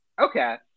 Okay